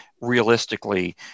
realistically